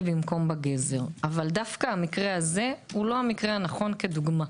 ולא בגזר אבל דווקא המקרה הזה לא נכון כדוגמה.